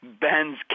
Ben's